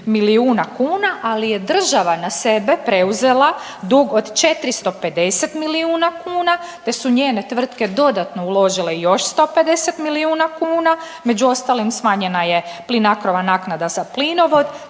milijuna kuna, ali je država na sebe preuzela dug od 450 milijuna kuna te su njene tvrtke dodatno uložile još 150 milijuna kuna, među ostalom smanjena je Plinacrova naknada za plinovod,